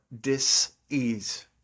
dis-ease